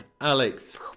Alex